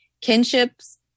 Kinships